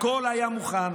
הכול היה מוכן: